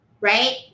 right